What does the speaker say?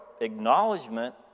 acknowledgement